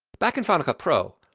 back in final cut pro,